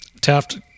Taft